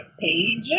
page